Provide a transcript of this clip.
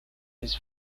his